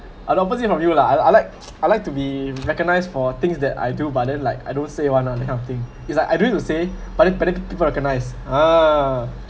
I'm opposite from you lah I I like I like to be recognised for things that I do but then like I don't say [one] lah that kind of thing is like I don't need to say but then but then people recognise ah